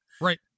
right